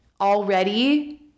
already